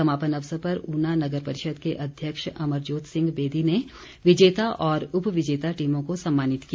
समापन अवसर पर ऊना नगर परिषद के अध्यक्ष अमरजोत सिंह बेदी ने विजेता और उपविजेता टीमों को सम्मानित किया